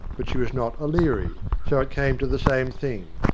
but she was not a leary, so it came to the same thing.